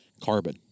carbon